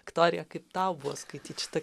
viktorija kaip tau buvo skaityt šitą